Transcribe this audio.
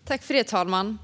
Riksrevisionens rapport om stöd till start av närings-verksamhet - lång-siktiga effekter och Arbetsförmedlingens arbetssätt Fru talman!